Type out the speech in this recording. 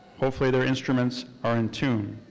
hopefully their instruments are in tune.